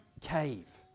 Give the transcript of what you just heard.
cave